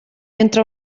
entra